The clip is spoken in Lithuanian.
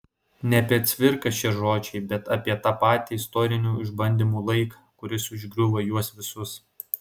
ne apie cvirką šie žodžiai bet apie tą patį istorinių išbandymų laiką kuris užgriuvo juos visus